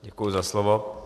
Děkuji za slovo.